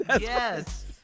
Yes